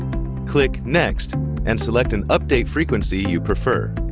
click next and select an update frequency you prefer.